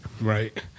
Right